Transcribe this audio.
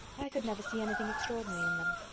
i could never see anything extraordinary in them.